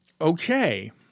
Okay